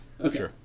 Okay